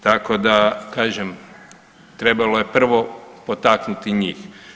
Tako da kažem trebalo je prvo potaknuti njih.